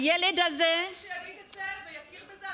הילד הזה ויכיר בזה,